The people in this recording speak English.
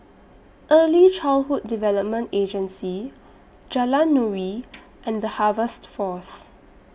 Early Childhood Development Agency Jalan Nuri and The Harvest Force